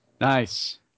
Nice